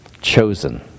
chosen